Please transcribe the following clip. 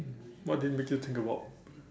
what did it made you think about